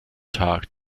tag